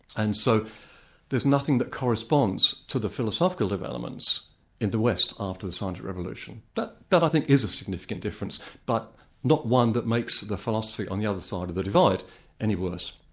and so there's nothing that corresponds to the philosophical developments in the west after the scientific sort of revolution. that that i think is a significant difference but not one that makes the philosophy on the other side of the divide any worse.